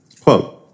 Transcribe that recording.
Quote